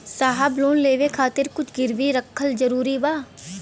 साहब लोन लेवे खातिर कुछ गिरवी रखल जरूरी बा?